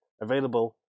available